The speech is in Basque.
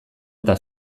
eta